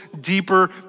deeper